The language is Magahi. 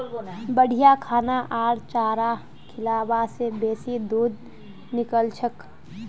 बढ़िया खाना आर चारा खिलाबा से बेसी दूध निकलछेक